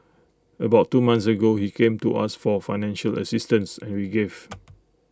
about two months ago he came to us for financial assistance and we gave